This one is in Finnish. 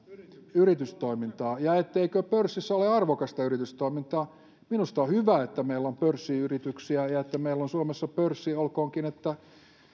yritystoimintaa ja etteikö pörssissä ole arvokasta yritystoimintaa minusta on hyvä että meillä on pörssiyrityksiä ja että meillä on suomessa pörssi olkoonkin että